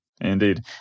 Indeed